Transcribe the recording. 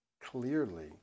clearly